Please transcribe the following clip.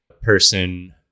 person